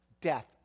death